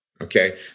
okay